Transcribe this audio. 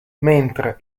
mentre